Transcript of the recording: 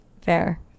Fair